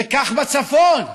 וכך בצפון.